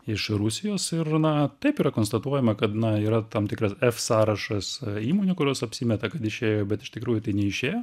iš rusijos ir na taip yra konstatuojama kad na yra tam tikras sąrašas įmonių kurios apsimeta kad išėjo bet iš tikrųjų tai neišėjo